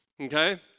Okay